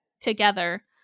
together